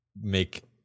make